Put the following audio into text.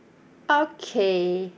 okay